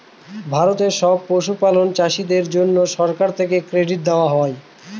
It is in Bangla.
ভারতের সব পশুপালক চাষীদের জন্যে সরকার থেকে ক্রেডিট দেওয়া হয়